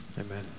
Amen